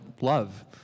love